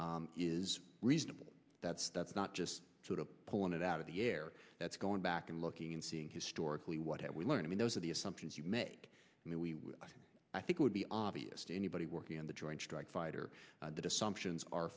is reasonable that's that's not just sort of pulling it out of the air that's going back and looking and seeing historically what have we learned i mean those are the assumptions you make and we i think would be obvious to anybody working in the joint strike fighter that assumptions are